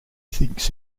thinks